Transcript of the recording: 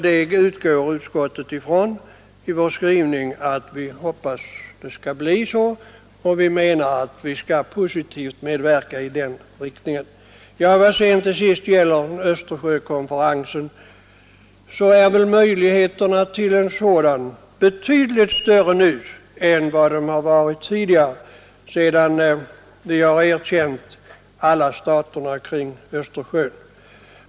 I utskottets skrivning utgår vi också ifrån att det skall bli så, och vi menar att vi skall positivt medverka i den riktningen. Vad till sist gäller Östersjökonferensen är väl möjligheterna till en sådan betydligt större nu än vad de har varit tidigare, sedan vi har erkänt alla stater kring Östersjön.